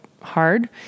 hard